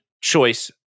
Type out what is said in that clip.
choice